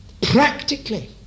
practically